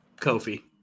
Kofi